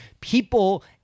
people